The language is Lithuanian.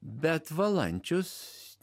bet valančius